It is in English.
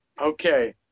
Okay